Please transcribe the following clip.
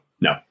no